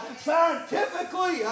Scientifically